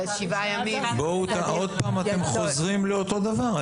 אתם שוב חוזרים לאותו דבר.